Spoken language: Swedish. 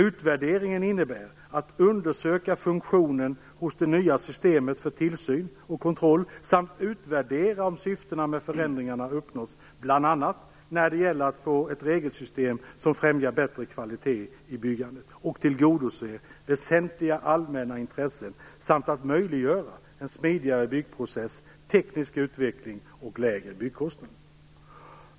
Utvärderingen innebär att undersöka funktionen hos det nya systemet för tillsyn och kontroll samt att utvärdera om syftena med förändringarna uppnåtts, bl.a. när det gäller att få ett regelsystem som främjar bättre kvalitet i byggandet och tillgodoser väsentliga, allmänna intressen samt att möjliggöra en smidigare byggprocess, teknisk utveckling och lägre byggkostnader.